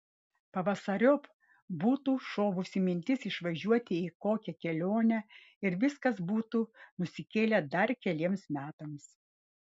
pavasariop būtų šovusi mintis išvažiuoti į kokią kelionę ir viskas būtų nusikėlę dar keliems metams